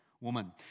woman